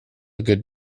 good